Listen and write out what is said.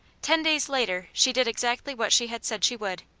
ten days later she did exactly what she had said she would.